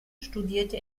studierte